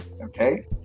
okay